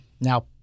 now